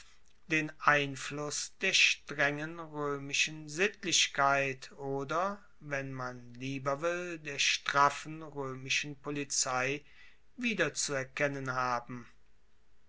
den einfluss der strengen roemischen sittlichkeit oder wenn man lieber will der straffen roemischen polizei wiederzuerkennen haben